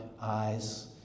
eyes